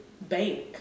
bank